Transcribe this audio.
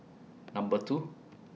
Number two